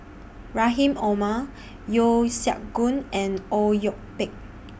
Rahim Omar Yeo Siak Goon and Au Yue Pak